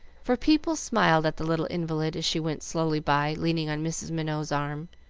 for people smiled at the little invalid as she went slowly by leaning on mrs. minot's arm,